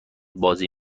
بازی